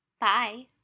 Bye